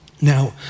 Now